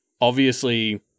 obviously-